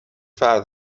فرد